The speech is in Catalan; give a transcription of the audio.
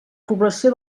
població